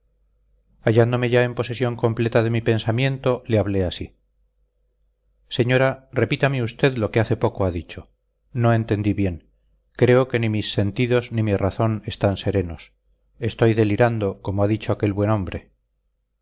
hallándome ya en posesión completa de mi pensamiento le hablé así señora repítame usted lo que hace poco ha dicho no entendí bien creo que ni mis sentidos ni mi razón están serenos estoy delirando como ha dicho aquel buen hombre